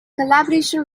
collaboration